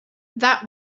that